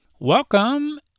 welcome